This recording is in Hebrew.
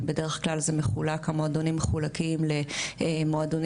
בדרך כלל המועדונים מחולקים למועדונים